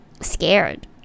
scared